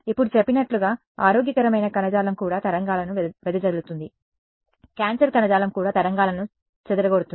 ఇప్పుడు చెప్పినట్లుగా ఆరోగ్యకరమైన కణజాలం కూడా తరంగాలను వెదజల్లుతుంది క్యాన్సర్ కణజాలం కూడా తరంగాలను చెదరగొడుతుంది